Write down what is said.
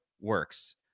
works